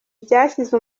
byashyize